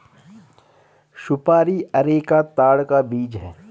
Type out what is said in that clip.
सुपारी अरेका ताड़ का बीज है